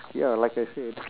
ya like I said